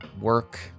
work